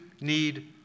need